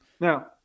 Now